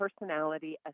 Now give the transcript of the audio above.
personality